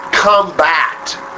combat